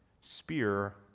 spear